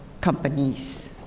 companies